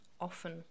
often